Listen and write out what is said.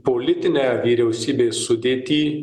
politinę vyriausybės sudėtį